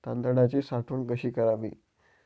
तांदळाची साठवण कशी करावी?